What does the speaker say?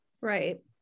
Right